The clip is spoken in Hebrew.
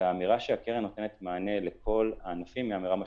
האמירה שהקרן נותנת מענה לכל הענפים היא אמירה משמעותית.